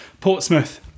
Portsmouth